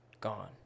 gone